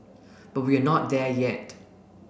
but we're not there yet